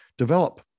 develop